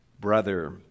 brother